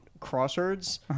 crosswords